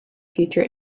future